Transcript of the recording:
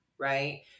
right